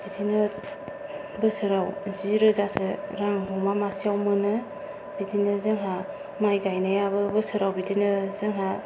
बिदिनो बोसोराव जि रोजासो रां अमा मासेयाव मोनो बिदिनो जोंहा माइ गायनायाबो बोसोराव बिदिनो जोंहा